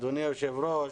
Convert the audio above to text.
אדוני היושב-ראש,